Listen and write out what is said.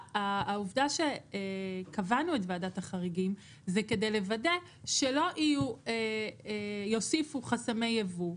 העובדה שקבענו את ועדת החריגים זה כדי לוודא שלא יוסיפו חסמי יבוא.